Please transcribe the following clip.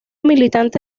militante